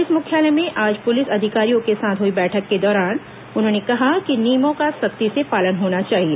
police मुख्यालय में आज पुलिस अधिकारियों के साथ हुई बैठक के दौरान उन्होंने कहा कि नियमों का सख्ती से पालन होना चाहिए